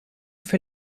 für